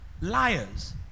Liars